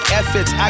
efforts